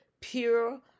pure